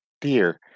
dear